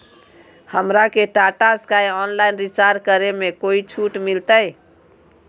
हमरा के Tata sky online recharge करे में कोई छूट मिलतई